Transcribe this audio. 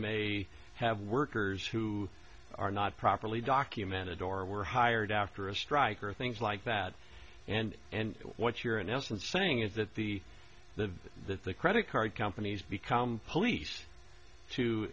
may have workers who are not properly documented or were hired after a strike or things like that and and what you're in essence saying is that the the that the credit card companies become police to